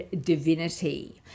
divinity